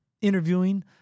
interviewing